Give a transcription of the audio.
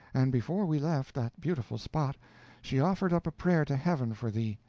and before we left that beautiful spot she offered up a prayer to heaven for thee.